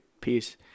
peace